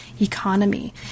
economy